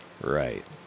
Right